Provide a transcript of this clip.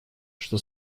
что